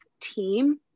team